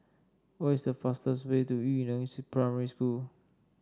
what is the fastest way to Yu Neng Primary School